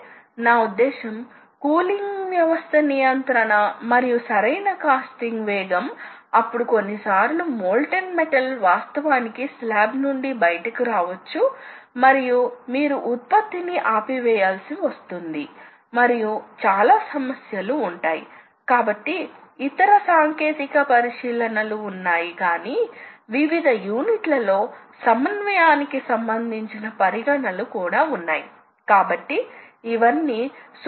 scrap rate తగ్గుతుంది ఎందుకంటే శాస్త్రీయ ఆప్టిమైజేషన్ పద్ధతులను ఉపయోగించి పార్ట్ ప్రోగ్రామ్లు జాగ్రత్తగా వ్రాయబడినవి అని ఊహించవచ్చు మీకు మరింత ఖచ్చితమైన ఆపరేషన్ ఉన్నందున మీరు ఇచ్చిన పదార్థం నుండి సరైన పదార్థ వినియోగాన్ని కలిగి ఉంటారు కాబట్టి స్క్రాప్ రేటు తగ్గించబడుతుంది మానవశక్తి తగ్గుతుంది ఎందుకంటే ఈ యంత్రాలలో ఎక్కువ భాగం స్వయంచాలకంగా చేయవచ్చు